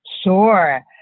Sure